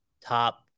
top